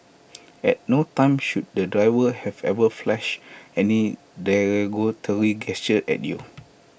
at no time should the driver have ever flashed any derogatory gesture at you